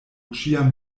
ĉiam